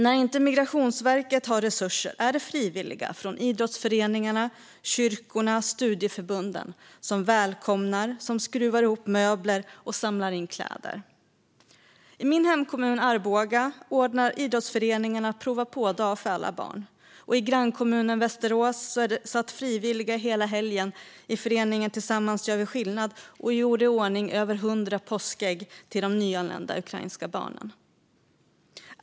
När Migrationsverket inte har resurser är det frivilliga från idrottsföreningar, kyrkor och studieförbund som välkomnar människor, skruvar ihop möbler och samlar in kläder. I min hemkommun Arboga ordnar idrottsföreningarna prova-på-dag för alla barn. Och i grannkommunen Västerås satt frivilliga hela helgen i föreningen Tillsammans Gör Vi Skillnad och gjorde i ordning över 100 påskägg till de nyanlända ukrainska barnen.